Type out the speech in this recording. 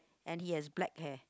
and he has black hair